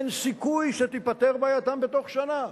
אין סיכוי שתיפתר בעייתם בתוך שנה?